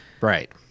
Right